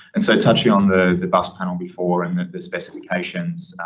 and so touching on the the bus panel before and then the specifications.